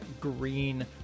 green